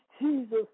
Jesus